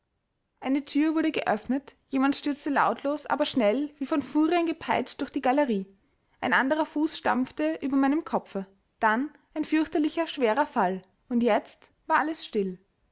eine thür wurde geöffnet jemand stürzte lautlos aber schnell wie von furien gepeitscht durch die galerie ein anderer fuß stampfte über meinem kopfe dann ein fürchterlicher schwerer fall und jetzt war alles still